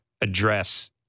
address